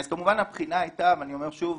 אז כמובן הבחינה היתה ואני אומר שוב,